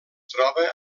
troba